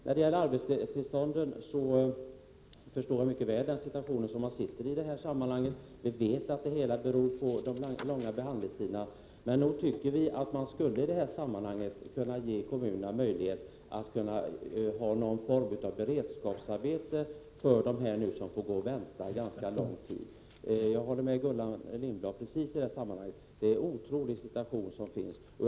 När det gäller arbetstillstånden förstår jag mycket väl situationen. Vi vet att det hela beror på de långa behandlingstiderna. Men nog tycker vi att man skulle kunna ge kommunerna möjlighet att skaffa beredskapsarbete åt dem som nu får vänta ganska lång tid. Jag håller med Gullan Lindblad om att det är en otrolig situation som vi har.